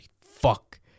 fuck